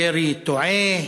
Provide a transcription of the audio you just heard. ירי תועה.